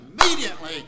Immediately